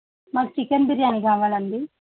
మాకు చికెన్ బిర్యానీ కావాలి అండి